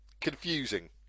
confusing